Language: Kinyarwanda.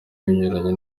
binyuranye